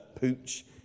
pooch